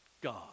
God